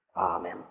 Amen